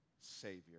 Savior